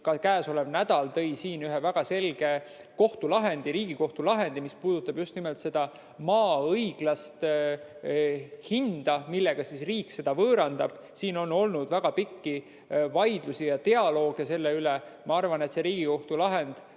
Ka käesolev nädal tõi siin ühe väga selge Riigikohtu lahendi, mis puudutab just nimelt maa õiglast hinda, millega riik seda võõrandab. Selle üle on olnud väga pikki vaidlusi ja dialooge. Ma arvan, et see Riigikohtu lahend